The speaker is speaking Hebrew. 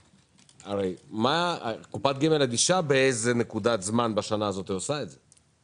הרי קופת הגמל אדישה באיזו נקודת זמן בשנה הזאת היא עושה את זה.